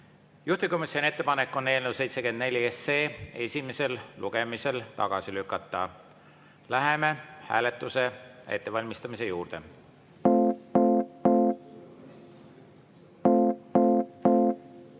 Juhtivkomisjoni ettepanek on eelnõu 74 esimesel lugemisel tagasi lükata. Läheme hääletuse ettevalmistamise juurde. Head